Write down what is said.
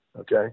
okay